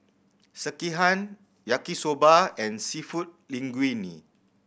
Sekihan Yaki Soba and Seafood Linguine